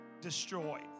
destroyed